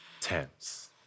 Tense